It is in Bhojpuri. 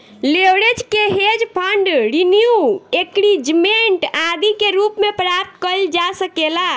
लेवरेज के हेज फंड रिन्यू इंक्रीजमेंट आदि के रूप में प्राप्त कईल जा सकेला